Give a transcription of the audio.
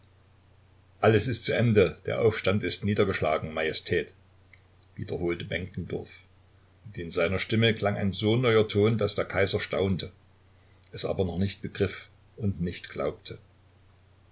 alles ist zu ende der aufstand ist niedergeschlagen majestät wiederholte benkendorf und in seiner stimme klang ein so neuer ton daß der kaiser staunte es aber noch nicht begriff und nicht glaubte